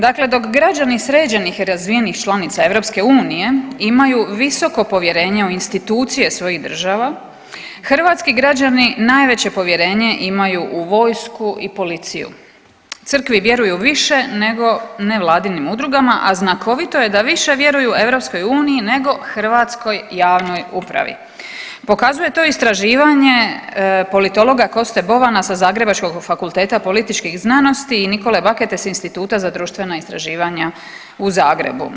Dakle dok građani sređenih i razvijenih članica EU imaju visoko povjerenje u institucije svojih država, hrvatski građani najveće povjerenje imaju u vojsku i policiju, crkvi vjeruju više nego nevladinim udrugama, a znakovito je da više vjeruju EU nego hrvatskoj javnoj upravi, pokazuje to istraživanje politologa Koste Bobana sa Zagrebačkog fakulteta političkih znanosti i Nikole Bakete s Instituta za društvena istraživanja u Zagrebu.